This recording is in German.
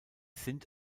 sind